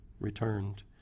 returned